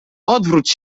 odwróć